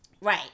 Right